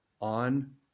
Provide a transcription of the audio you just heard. on